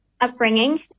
upbringing